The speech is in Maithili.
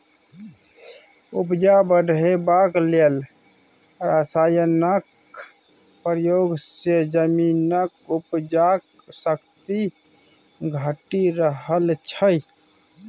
उपजा बढ़ेबाक लेल रासायनक प्रयोग सँ जमीनक उपजाक शक्ति घटि रहल छै